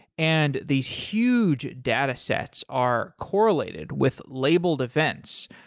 and these huge datasets are correlated with labeled events.